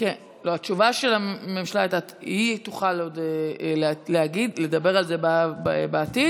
התשובה של הממשלה הייתה: היא תוכל לדבר על זה בעתיד,